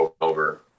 over